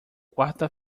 quarta